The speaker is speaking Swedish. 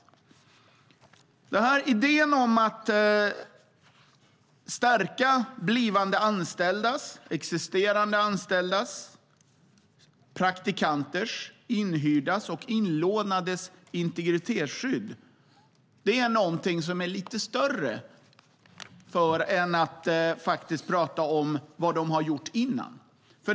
Idén om att stärka integritetsskyddet för blivande anställda, existerande anställda, praktikanter, inhyrda och inlånade är någonting som är lite större än att tala om vad de har gjort tidigare.